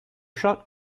shot